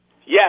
Yes